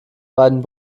beiden